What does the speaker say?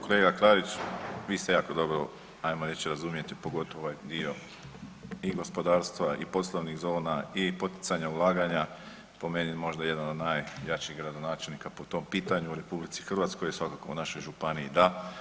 Hvala lijepo kolega Klarić, vi se jako dobro ajmo reći razumijete pogotovo u ovaj dio i gospodarstva i poslovnih zona i poticanja ulaganja, po meni možda jedan od najjačih gradonačelnika po tom pitanju u RH, svakako u našoj županiji da.